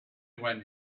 when